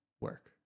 work